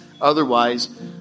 Otherwise